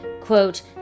quote